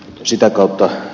sitä kautta